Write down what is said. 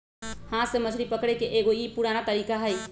हाथ से मछरी पकड़े के एगो ई पुरान तरीका हई